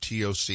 TOC